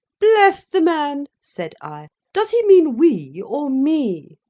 bless the man! said i does he mean we or me!